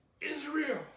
Israel